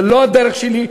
זה לא הדרך שלי,